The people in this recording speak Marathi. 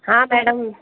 हा मॅडम